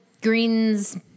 greens